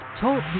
Talk